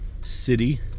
city